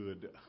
good